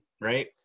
right